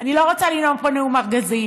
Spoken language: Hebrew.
אני לא רוצה לנאום פה נאום ארגזים.